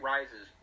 Rises